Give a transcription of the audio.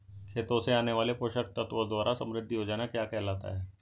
खेतों से आने वाले पोषक तत्वों द्वारा समृद्धि हो जाना क्या कहलाता है?